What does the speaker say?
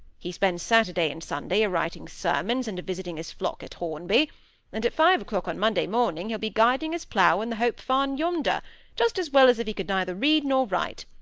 he spends saturday and sunday a-writing sermons and a-visiting his flock at hornby and at five o'clock on monday morning he'll be guiding his plough in the hope farm yonder just as well as if he could neither read nor write.